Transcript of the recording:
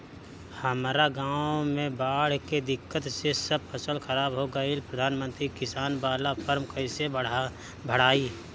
हमरा गांव मे बॉढ़ के दिक्कत से सब फसल खराब हो गईल प्रधानमंत्री किसान बाला फर्म कैसे भड़ाई?